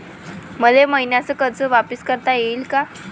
मले मईन्याचं कर्ज वापिस करता येईन का?